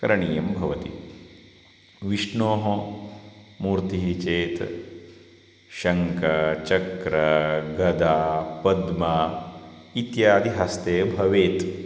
करणीयं भवति विष्णोः मूर्तिः चेत् शङ्कं चक्रः गदा पद्मम् इत्यादि हस्ते भवेत्